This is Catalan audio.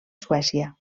suècia